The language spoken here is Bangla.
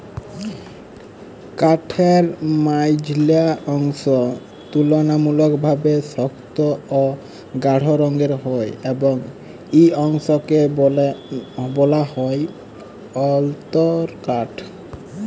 কাঠের মাইঝল্যা অংশ তুললামূলকভাবে সক্ত অ গাঢ় রঙের হ্যয় এবং ই অংশকে ব্যলা হ্যয় অল্তরকাঠ